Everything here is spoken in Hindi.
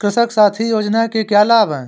कृषक साथी योजना के क्या लाभ हैं?